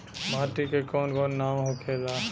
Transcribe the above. माटी के कौन कौन नाम होखे ला?